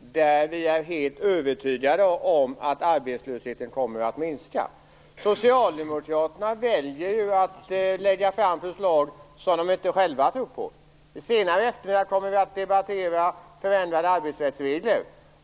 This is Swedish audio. som vi är helt övertygade om leder till att arbetslösheten kommer att minska. Socialdemokraterna väljer ju att lägga fram förslag som de inte själva tror på. Senare i eftermiddag kommer vi att debattera förändrade arbetsrättsregler.